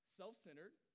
self-centered